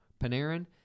Panarin